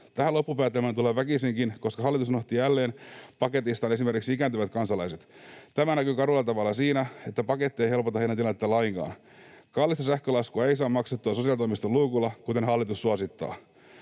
Tähän loppupäätelmään tulee väkisinkin, koska hallitus unohti jälleen paketista esimerkiksi ikääntyvät kansalaiset. Tämä näkyy karulla tavalla siinä, että paketti ei helpota heidän tilannettaan lainkaan. Kallista sähkölaskua ei saa maksettua sosiaalitoimiston luukulla, kuten hallitus suosittaa.